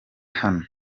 hano